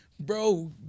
Bro